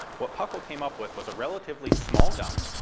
what puckle came up with was a relatively small gun,